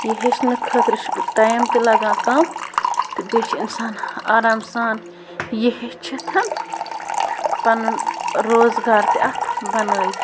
یہِ ہیٚچھنہٕ خٲطرٕ چھِ ٹایِم تہِ لَگان کَم تہٕ بیٚیہِ چھِ اِنسان آرام سان یہِ ہیٚچھِتھ پَنُن روزگار تہِ اَتھ بَنٲوِتھ